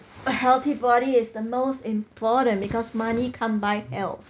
a healthy body is the most important because money can't buy health